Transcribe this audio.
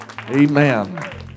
Amen